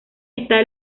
está